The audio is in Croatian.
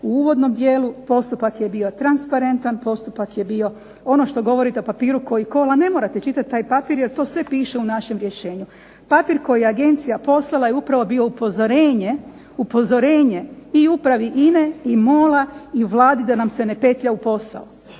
u uvodnom dijelu, postupak je bio transparentan, postupak je bio, ono što govorite o papiru koji kola, ne morate čitati taj papir, jer to sve piše u našem rješenju. Papir koji agencija poslala je upravo bio upozorenje, i upravi INA-e i MOL-a i Vladi da nam se ne petlja u posao.